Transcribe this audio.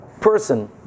person